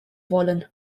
wollen